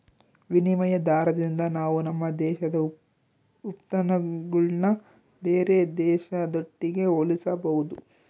ವಿನಿಮಯ ದಾರದಿಂದ ನಾವು ನಮ್ಮ ದೇಶದ ಉತ್ಪನ್ನಗುಳ್ನ ಬೇರೆ ದೇಶದೊಟ್ಟಿಗೆ ಹೋಲಿಸಬಹುದು